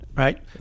Right